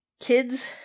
Kids